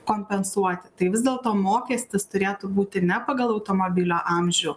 kompensuoti tai vis dėlto mokestis turėtų būti ne pagal automobilio amžių